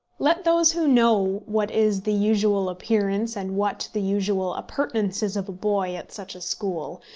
let those who know what is the usual appearance and what the usual appurtenances of a boy at such a school,